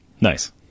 Nice